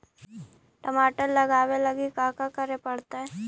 टमाटर लगावे लगी का का करये पड़तै?